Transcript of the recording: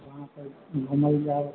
जहाँ पर कि घुमल जाय